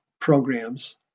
programs